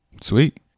Sweet